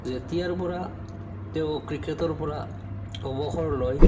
যেতিয়াৰ পৰা তেওঁ ক্ৰিকেটৰ পৰা অৱসৰ লয়